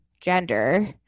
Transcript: gender